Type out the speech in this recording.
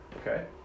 Okay